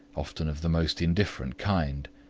often of the most indifferent kind.